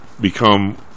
become